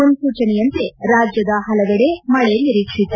ಮುನ್ನೂಚನೆಯಂತೆ ರಾಜ್ಯದ ಹಲವೆಡೆ ಮಳೆ ನಿರೀಕ್ಷಿತ